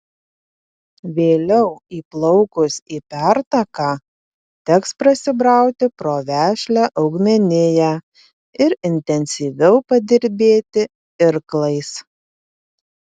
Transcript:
vėliau įplaukus į pertaką teks prasibrauti pro vešlią augmeniją ir intensyviau padirbėti irklais